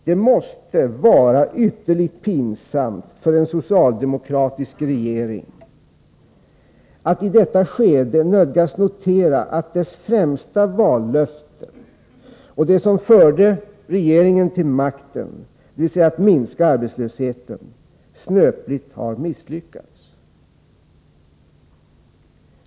Det måste vara ytterligt pinsamt för en socialdemokratisk regering att i detta skede nödgas notera att dess främsta vallöfte och det som förde den till makten, dvs. att minska arbetslösheten, snöpligt har misslyckats.